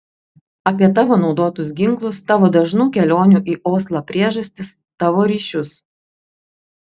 apie tavo naudotus ginklus tavo dažnų kelionių į oslą priežastis tavo ryšius